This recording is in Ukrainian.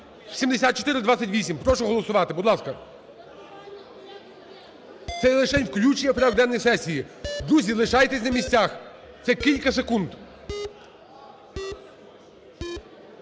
7428, прошу голосувати, будь ласка. Це лишень включення у порядок денний сесії. Друзі, лишайтесь на місцях! Це – кілька секунд.